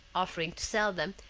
offering to sell them,